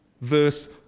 verse